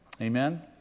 Amen